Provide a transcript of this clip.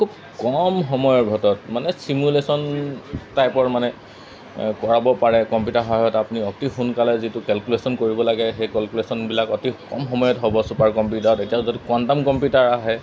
খুব কম সময়ৰ ভিতৰত মানে চিমুলেশ্যন টাইপৰ মানে কৰাব পাৰে কম্পিউটাৰ সহায়ত আপুনি অতি সোনকালে যিটো কেলকুলেশ্যন কৰিব লাগে সেই কলকুলেশ্যনবিলাক অতি কম সময়ত হ'ব ছুপাৰ কম্পিউটাৰত এতিয়া যদি কোৱাণ্টাম কম্পিউটাৰ আহে